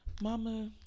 mama